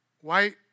white